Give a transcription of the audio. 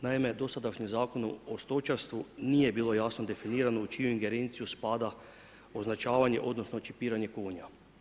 Naime, u dosadašnjem Zakonu o stočarstvu nije bilo jasno definirano u čiju ingerenciju spada označavanje odnosno čipiranje konja.